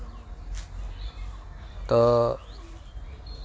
ᱛᱳ